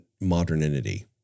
modernity